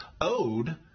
owed